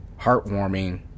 heartwarming